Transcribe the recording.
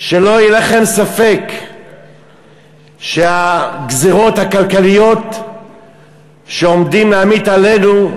שלא יהיה לכם ספק שהגזירות הכלכליות שעומדים להמיט עלינו,